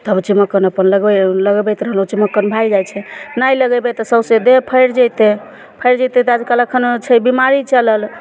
तब चमोक्कन अपन लगबय लगबैत रहलहुँ चमोक्कन भागि जाइ छै नहि लगेबय तऽ सौंसे देह फरि जेतय फरि जेतय तऽ अभी कहलखन छै बीमारी चलल